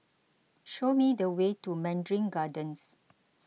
show me the way to Mandarin Gardens